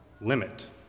limit